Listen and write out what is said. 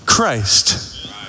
Christ